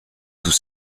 tout